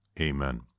Amen